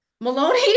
Maloney